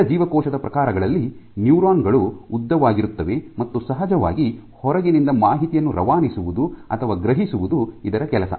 ಇತರ ಜೀವಕೋಶದ ಪ್ರಕಾರಗಳಲ್ಲಿ ನ್ಯೂರಾನ್ ಗಳು ಉದ್ದವಾಗಿರುತ್ತವೆ ಮತ್ತು ಸಹಜವಾಗಿ ಹೊರಗಿನಿಂದ ಮಾಹಿತಿಯನ್ನು ರವಾನಿಸುವುದು ಅಥವಾ ಗ್ರಹಿಸುವುದು ಇದರ ಕೆಲಸ